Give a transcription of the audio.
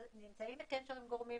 שאין לנו מספיק פיקוח מה קורה כשנגמר המחקר.